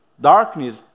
darkness